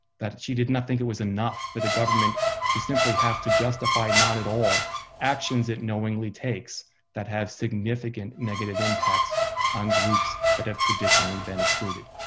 that she did not think it was enough for the government to simply have to justify not at all actions it knowingly takes that have significant negative impacts on groups that have traditionally been excluded.